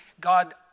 God